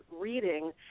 reading